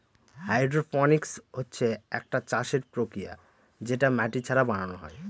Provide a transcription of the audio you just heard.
hydroponics হচ্ছে একটি চাষের প্রক্রিয়া যেটা মাটি ছাড়া বানানো হয়